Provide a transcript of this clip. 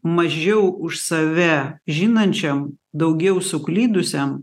mažiau už save žinančiam daugiau suklydusiam